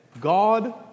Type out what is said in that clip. God